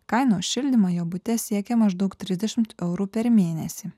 kainos šildymą jo bute siekia maždaug trisdešim eurų per mėnesį